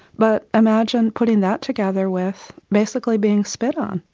but imagine putting that together with basically being spat on,